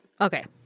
Okay